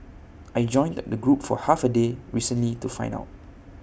I joined the group for half A day recently to find out